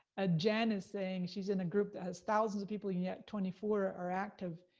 ah jan is saying, she's in a group that has thousands of people, and yet twenty four are active.